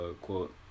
quote